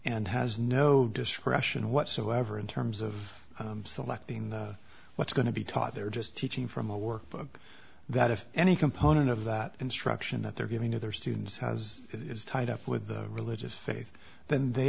and has no discretion whatsoever in terms of selecting what's going to be taught they're just teaching from a workbook that if any component of that instruction that they're giving to their students has is tied up with religious faith than they